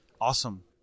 Awesome